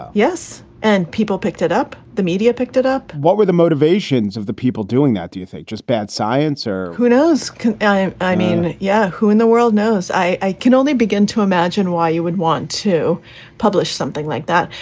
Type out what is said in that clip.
yes. and people picked it up. the media picked it up what were the motivations of the people doing that, do you think? just bad science or who knows? i and i mean, yeah. who in the world knows? i can only begin to imagine why you would want to publish something like that.